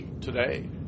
today